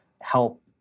help